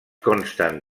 consten